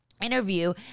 interview